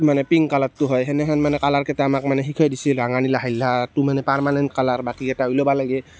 মানে পিংক কালাৰটো হয় সেনেহেন মানে কালাৰকেইটা আমাক মানে শিকাই দিছিল ৰঙা নীলা হালধীয়াতো মানে পাৰ্মেনেণ্ট কালাৰ বাকীকেইটা উলিয়াব লাগে